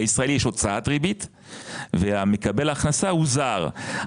לישראלי יש הוצאת ריבית ומקבל ההכנסה הוא זר,